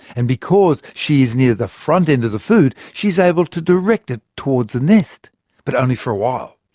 and because she is near the front end of the food, she is able to direct it towards the nest but only for a while.